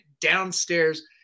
downstairs